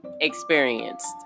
experienced